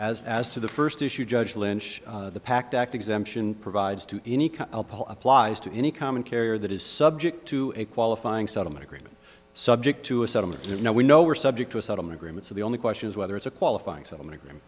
as as to the first issue judge lynch pact act exemption provides to any applies to any common carrier that is subject to a qualifying settlement agreement subject to a settlement no we know were subject to a settlement agreement so the only question is whether it's a qualifying settlement agreement